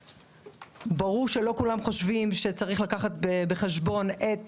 ברור שלא כולם חושבים שצריך לקחת בחשבון את